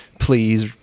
Please